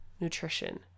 nutrition